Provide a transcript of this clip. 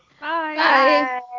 Bye